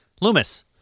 Loomis